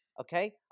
okay